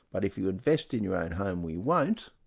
but if you invest in your own home we won't,